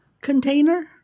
container